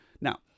Now